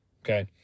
okay